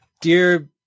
dear